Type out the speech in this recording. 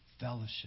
fellowship